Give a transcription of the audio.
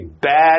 bad